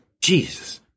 Jesus